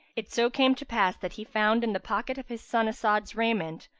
it so came to pass that he found, in the pocket of his son as'ad's raiment,